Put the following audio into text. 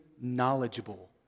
knowledgeable